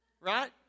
Right